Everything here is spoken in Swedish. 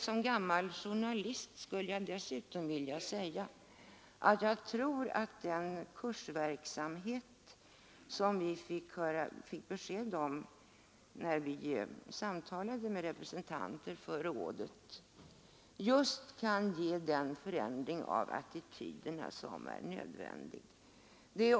Som gammal journalist skulle jag vilja tillägga att den kursverksamhet, som vi fick besked om när vi sammanträffade med representanter för rådet, kan ge just den förändring av attityderna som är nödvändig.